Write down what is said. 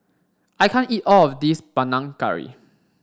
I can't eat all of this Panang Curry